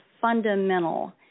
fundamental